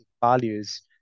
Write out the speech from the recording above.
values